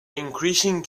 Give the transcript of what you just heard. increasing